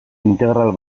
integral